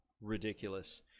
ridiculous